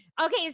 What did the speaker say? okay